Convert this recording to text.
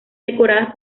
decoradas